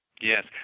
Yes